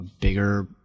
bigger